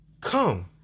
come